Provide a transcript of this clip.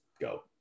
go